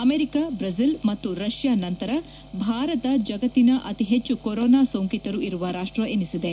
America Brazil ಮತ್ತು Russia ನಂತರ ಭಾರತ ಜಗತ್ತಿನ ಅತಿ ಹೆಚ್ಚು ಕೊರೊನಾ ಸೋಂಕಿತರು ಇರುವ ರಾಷ್ಟ ಎನಿಸಿದೆ